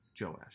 Joash